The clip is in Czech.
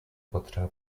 potřeba